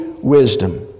wisdom